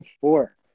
Four